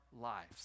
lives